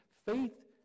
Faith